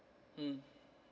mm